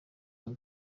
umwe